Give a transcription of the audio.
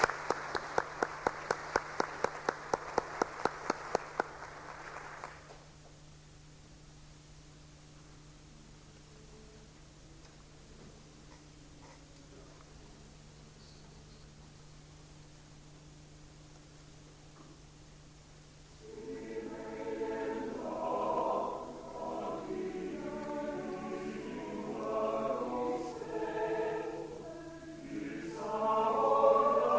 Vår egen personal och alla andra som arbetar i riksdagens hus bidrar till den goda atmosfär som gör riksdagen till en levande och vänlig arbetsplats.